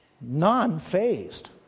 non-phased